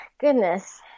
goodness